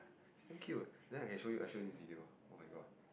isn't cute and then I can show I show you this video oh-my-god